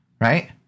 right